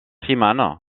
freeman